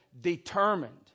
determined